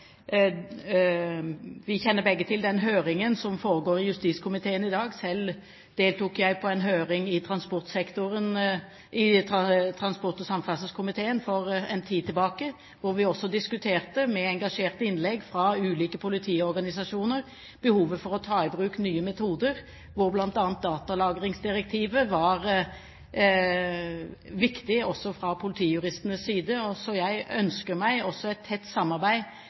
kjenner begge til den høringen som foregår i justiskomiteen i dag. Selv deltok jeg på en høring i transport- og kommunikasjonskomiteen for en tid tilbake, hvor vi også diskuterte, med engasjerte innlegg fra ulike politiorganisasjoner, behovet for å ta i bruk nye metoder, og hvor bl.a. datalagringsdirektivet var viktig fra politijuristenes side. Jeg ønsker meg også et tett samarbeid